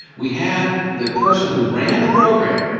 we had the person who ran the program.